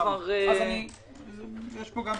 שני משפטים.